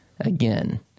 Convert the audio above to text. again